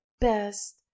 best